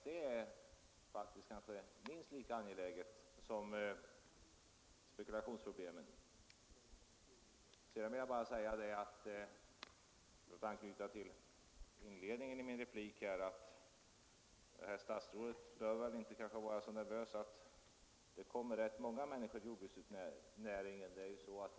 Det tror jag är ett minst lika angeläget problem som spekulationsproblemet. För att sedan anknyta till inledningen i min replik vill jag slutligen säga att herr statsrådet väl inte bör vara så nervös för att jordbruksnäringen drar till sig rätt många människor.